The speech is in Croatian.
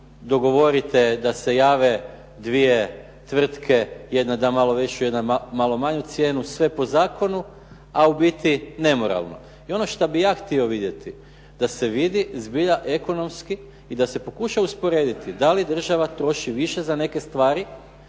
dogovorite da se jave dvije tvrtke, jedna da malo veću, jedna malo manju cijenu, sve po zakonu ali u biti nemoralno. I ono što bih ja htio vidjeti da se vidi zbilja ekonomski i da se pokuša usporediti da li država troši više za neke stvari